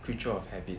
creature of habit